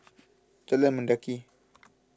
Jalan Mendaki